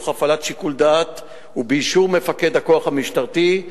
תוך הפעלת שיקול דעת ובאישור מפקד הכוח המשטרתי,